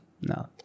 No